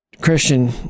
Christian